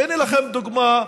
והינה לכם דוגמה,